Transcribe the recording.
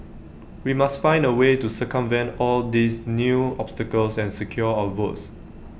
we must find A way to circumvent all these new obstacles and secure our votes